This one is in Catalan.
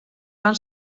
van